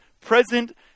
present